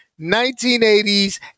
1980s